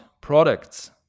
products